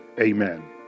Amen